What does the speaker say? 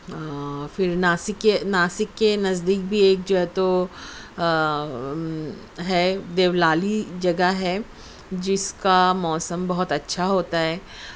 پھر ناسک کے ناسک کے نزدیک بھی ایک جو ہے تو ہے دیولالی جگہ ہے جس کا موسم بہت اچھا ہوتا ہے